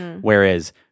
Whereas